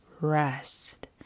rest